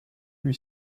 lui